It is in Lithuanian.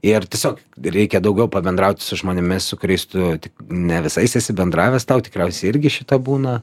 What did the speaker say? ir tiesiog reikia daugiau pabendraut su žmonėmis su kuriais tu ne visais esi bendravęs tau tikriausiai irgi šito būna